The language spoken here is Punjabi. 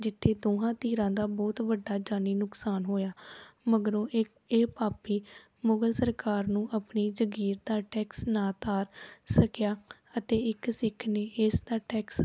ਜਿੱਥੇ ਦੋਹਾਂ ਧਿਰਾਂ ਦਾ ਬਹੁਤ ਵੱਡਾ ਜਾਨੀ ਨੁਕਸਾਨ ਹੋਇਆ ਮਗਰੋਂ ਇਹ ਇਹ ਪਾਪੀ ਮੁਗਲ ਸਰਕਾਰ ਨੂੰ ਆਪਣੀ ਜਗੀਰ ਦਾ ਟੈਕਸ ਨਾ ਉਤਾਰ ਸਕਿਆ ਅਤੇ ਇੱਕ ਸਿੱਖ ਨੇ ਇਸ ਦਾ ਟੈਕਸ